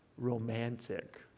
Romantic